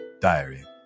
diary